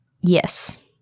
Yes